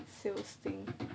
sales thing